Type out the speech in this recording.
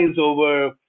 over